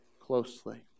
closely